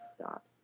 stop